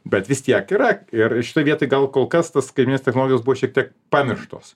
bet vis tiek yra ir šitoj vietoj gal kol kas tos skaitmeninės technologijos buvo šiek tiek pamirštos